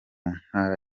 ntara